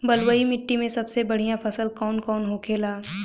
बलुई मिट्टी में सबसे बढ़ियां फसल कौन कौन होखेला?